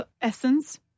essence